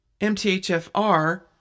MTHFR